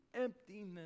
emptiness